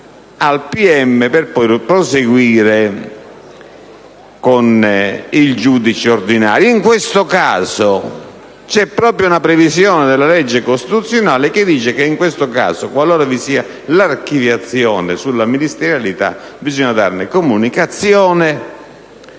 per poi proseguire con il giudizio ordinario. In tale caso vi è proprio una previsione della legge costituzionale secondo cui, qualora vi sia l'archiviazione sulla ministerialità, bisogna darne comunicazione